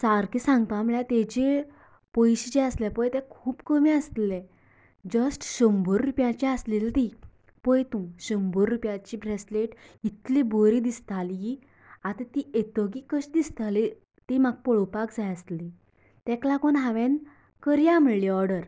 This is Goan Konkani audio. सारकें सांगपाक म्हणल्यार तेचे पयशें जे आसले पळय तें खूप कमी आसले जस्ट शंबर रुपयाचे आसलेली ती पय तूं शंबर रुपयाचे ब्रेसलेट इतली बरी दिसताली आतां ती येतगीर कशी दिसतली ती म्हाका पोळवपाक जाय आसली तेका लागून हांवें करया म्हणली ओर्डर